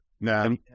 No